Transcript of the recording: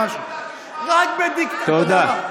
תודה.